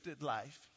life